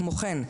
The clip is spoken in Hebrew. כמו כן,